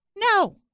No